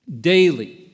daily